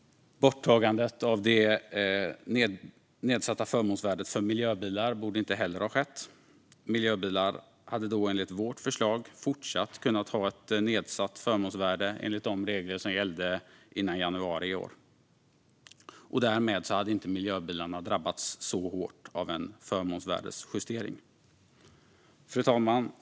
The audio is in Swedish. Borttagandet av det nedsatta förmånsvärdet för miljöbilar borde inte heller ha skett. Miljöbilar hade då, enligt vårt förslag, fortsatt kunnat ha ett nedsatt förmånsvärde enigt de regler som gällde före januari i år. Därmed hade inte miljöbilarna drabbats så hårt av en förmånsvärdesjustering. Fru talman!